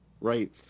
right